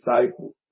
disciple